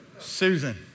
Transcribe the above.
Susan